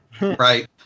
Right